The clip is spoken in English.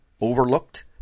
overlooked